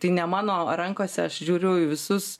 tai ne mano rankose žiūriu į visus